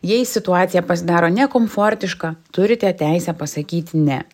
jei situacija pasidaro nekomfortiška turite teisę pasakyti ne